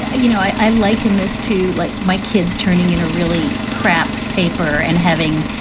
ah you know, i liken this to like my kids turning in a really crap paper and having,